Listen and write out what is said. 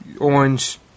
orange